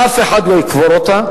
אף אחד לא יקבור אותה,